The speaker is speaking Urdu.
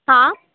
ہاں